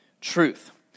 truth